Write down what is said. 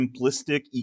simplistic